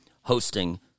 hosting